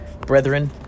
brethren